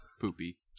Poopy